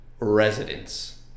residents